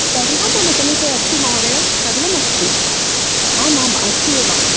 सर्वं मम समीपे अस्ति महोदय सर्वम् अस्ति आम् आम् अस्ति एव